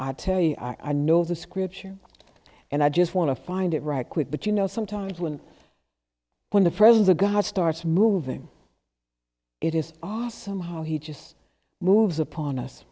i tell you i know the scripture and i just want to find it right quick but you know sometimes when when the friend the god starts moving it is awesome how he just moves upon us